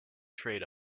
trade